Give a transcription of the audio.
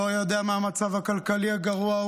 הוא לא יודע מהמצב הכלכלי הגרוע.